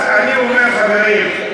אז אני אומר, חברים,